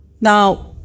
Now